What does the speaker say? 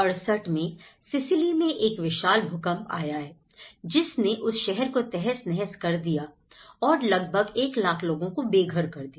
1968 में सिसिली मैं एक विशाल भूकंप आया है जिसने उस शहर को तहस नहस कर दिया कर दिया और लगभग 1 लाख लोगों को बेघर कर दिया